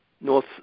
north